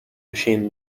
machine